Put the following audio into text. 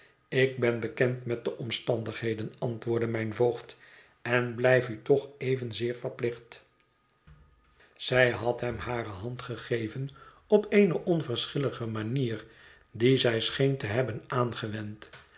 ik ben bekend met de omstandigheden antwoordde mijn voogd en blijf u toch evenzeer verplicht zij had hem hare hand gegeven op eene onverschillige manier die zij scheen te hebben aangewend